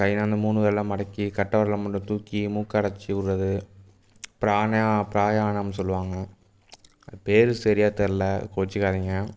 கையில் அந்த மூணு விரல மடக்கி கட்டை விரல மட்டும் தூக்கி மூக்கை அடைச்சி விட்றது பிராண பிராயாணம்னு சொல்லுவாங்க அது பேர் சரியாக தெர்லை கோபிச்சுக்காதீங்க